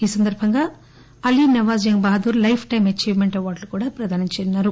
ఈ సందర్బంగా Ali Nawaz Jung Bahadur lifetime achievement అవార్గులను ప్రదానం చేయనున్నారు